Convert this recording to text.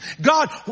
God